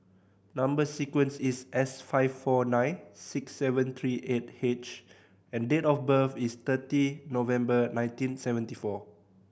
number sequence is S five four nine six seven three eight H and date of birth is thirty November nineteen seventy four